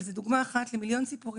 אבל זו לצערי רק דוגמא אחת למיליון סיפורים